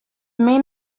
main